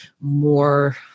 more